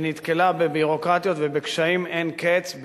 שנתקלה בביורוקרטיות ובקשיים אין-קץ,